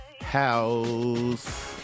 house